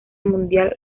mundial